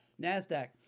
NASDAQ